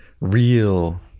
real